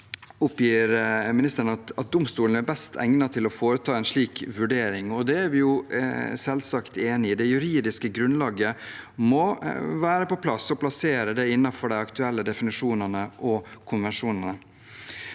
oppgir hun at domstolen er best egnet til å foreta en slik vurdering, og det er vi selvsagt enig i. Det juridiske grunnlaget må være på plass og plassere det innenfor de aktuelle definisjonene og konvensjonene.